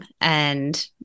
and-